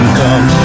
come